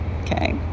Okay